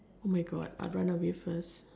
oh my God I run away first